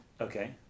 Okay